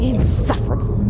Insufferable